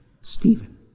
Stephen